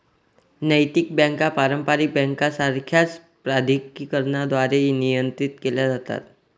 नैतिक बँका पारंपारिक बँकांसारख्याच प्राधिकरणांद्वारे नियंत्रित केल्या जातात